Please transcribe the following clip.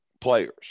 players